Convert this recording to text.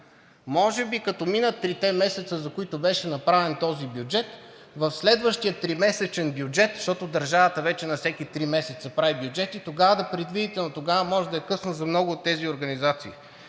Може би като минат трите месеца, за които беше направен този бюджет, в следващия тримесечен бюджет, защото държавата вече на всеки три месеца прави бюджет, и тогава да предвидите, но тогава може да е късно за много от тези организации